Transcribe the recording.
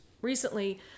recently